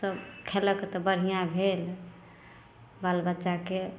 सब खेलक तऽ बढ़िऑं भेल बाल बच्चाके